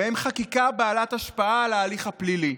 ובהם חקיקה בעלת השפעה על ההליך הפלילי,